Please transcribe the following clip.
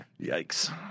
Yikes